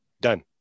Done